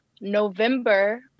November